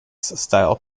style